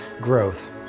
growth